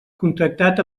contractat